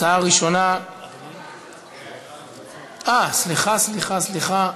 הצעה ראשונה, אה, סליחה, סליחה, סליחה.